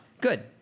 Good